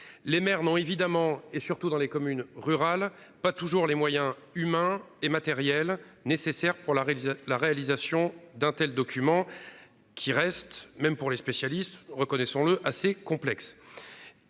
Les maires n'ont évidemment et surtout dans les communes rurales pas toujours les moyens humains et matériels nécessaires pour la la réalisation d'un tel document qui reste, même pour les spécialistes, reconnaissons-le, assez complexe.